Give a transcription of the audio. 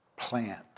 plant